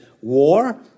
war